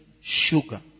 sugar